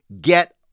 get